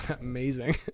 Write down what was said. amazing